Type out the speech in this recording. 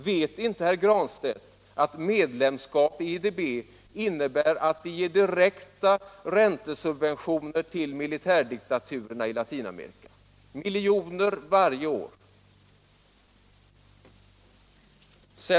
Vet inte herr Granstedt att medlemskap i IDB innebär att vi ger direkta räntesubventioner till militärdiktaturerna i Latinamerika — miljoner varje år?